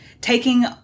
taking